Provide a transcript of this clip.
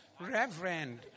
reverend